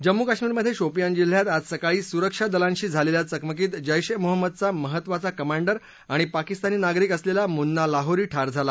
जम्मू कश्मीरमध्ये शोपियान जिल्ह्यात आज सकाळी सुरक्षा दलांशी झालेल्या चकमकीत जैश ए मोहम्मदचा महत्त्वाचा कमांडर आणि पाकिस्तानी नागरिक असलेला मुन्ना लाहोरी ठार झाला